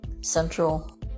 Central